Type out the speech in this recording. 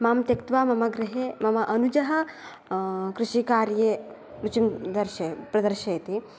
माम् त्यक्त्वा मम गृहे मम अनुज कृषिकार्ये रुचिं दर्शय प्रदर्शयति